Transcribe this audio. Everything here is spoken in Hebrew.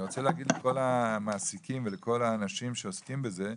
אני רוצה להגיד לכל המעסיקים ולכל האנשים שעוסקים בזה,